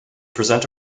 present